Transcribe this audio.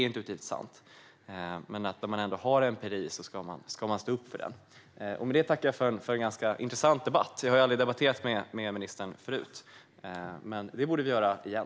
Om man ändå har empiri ska man stå upp för den. Med det tackar jag för en ganska intressant debatt. Jag har inte debatterat med ministern förut. Men det borde vi göra igen.